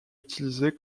utilisés